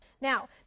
Now